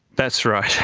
that's right.